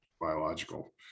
biological